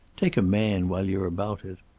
take a man, while you're about it.